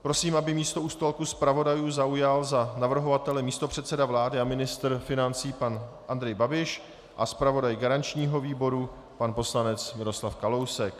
Prosím, aby místo u stolku zpravodajů zaujal za navrhovatele místopředseda vlády a ministr financí pan Andrej Babiš a zpravodaj garančního výboru pan poslanec Miroslav Kalousek.